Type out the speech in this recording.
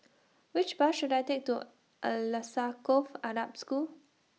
Which Bus should I Take to Alsagoff Arab School